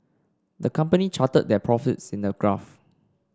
the company charted their profits in a graph